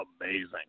amazing